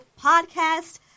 podcast